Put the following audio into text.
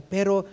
Pero